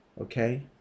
okay